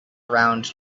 around